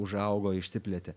užaugo išsiplėtė